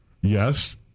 Yes